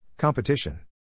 Competition